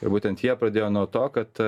ir būtent jie pradėjo nuo to kad